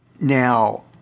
Now